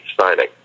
signing